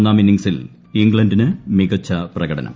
ഒന്നാം ഇന്നിംഗ്സിൽ ഇംഗ്ലണ്ടിന് മികച്ച പ്രകടനം